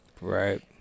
Right